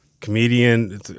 comedian